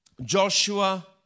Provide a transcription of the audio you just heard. Joshua